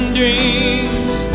dreams